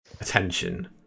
attention